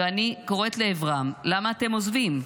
ואני קוראת לעברם: למה אתם עוזבים?